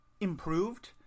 improved